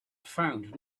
found